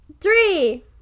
three